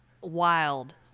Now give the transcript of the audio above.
wild